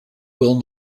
will